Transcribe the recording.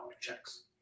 checks